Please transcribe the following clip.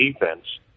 defense